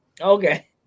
Okay